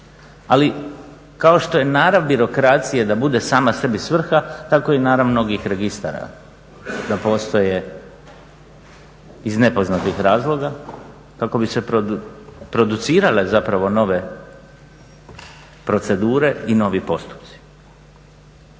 Ali, kao što je narav birokracije da bude sama sebi svrha tako je i narav mnogih registara da postoje iz nepoznatih razloga kako bi se producirale zapravo nove procedure i novi postupci.